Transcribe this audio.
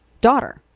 daughter